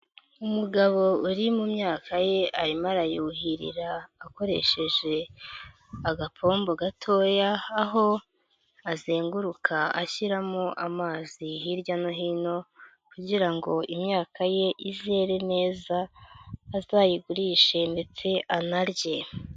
Umugabo uri mu myaka ye arimo arayuhirira akoresheje agapombo gatoya, aho azenguruka ashyiramo amazi hirya no hino kugira ngo imyaka ye izere neza, azayigurishe ndetse anarye.